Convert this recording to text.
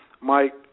Mike